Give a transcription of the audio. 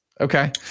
Okay